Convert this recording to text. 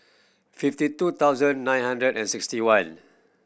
fifty two thousand nine hundred and sixty one